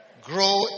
grow